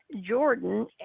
Jordan